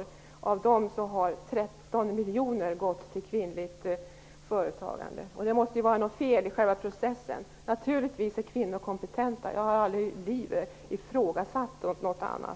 ut. Av de pengarna har 13 miljoner kronor gått till kvinnligt företagande. Det måste vara något fel i själva processen. Naturligtvis är kvinnor kompetenta. Jag har aldrig i livet ifrågasatt det.